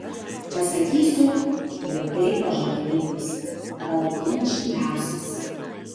pasakysiu tvirtai pažadėjo jis gal ginčai liausis